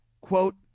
quote